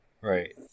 Right